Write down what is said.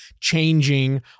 changing